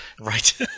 Right